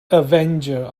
avenger